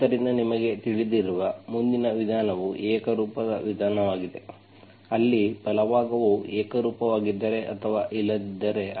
ಆದ್ದರಿಂದ ನಿಮಗೆ ತಿಳಿದಿರುವ ಮುಂದಿನ ವಿಧಾನವು ಏಕರೂಪದ ವಿಧಾನವಾಗಿದೆ ಅಲ್ಲಿ ಬಲಭಾಗವು ಏಕರೂಪವಾಗಿದ್ದರೆ ಅಥವಾ ಇಲ್ಲದಿದ್ದರೆ